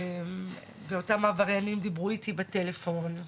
ואותם עבריינים דיברו איתי בטלפון,